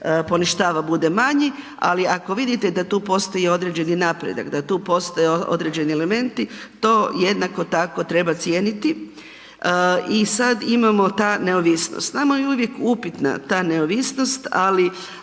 poništava, bude manji ali ako vidite da tu postoji određeni napredak, da tu postoje elementi, to jednako tako treba cijeniti. I sad imamo ta neovisnost. Nama je uvijek upitna ta neovisnost ali